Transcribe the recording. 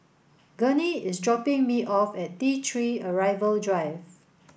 Gurney is dropping me off at T three Arrival Drive